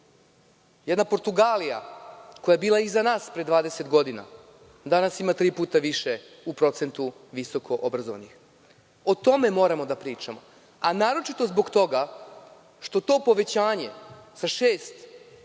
Jedna Portugalija, koja je bila iza nas pre 20 godina, danas ima tri puta više u procentu visoko obrazovanih.O tome moramo da pričamo, a naročito zbog toga što to povećanje sa 6%